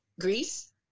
Greece